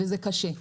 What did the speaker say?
וזה קשה.